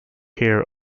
care